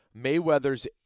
Mayweather's